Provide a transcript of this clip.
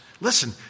listen